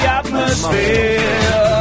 atmosphere